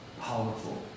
powerful